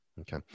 Okay